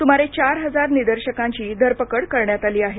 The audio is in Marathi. सुमारे चार हजार निदर्शकांची धरपकड करण्यात आली आहे